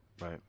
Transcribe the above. right